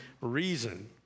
reason